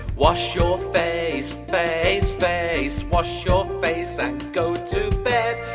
wash your face, face, face. wash your face and go to bed.